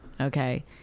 Okay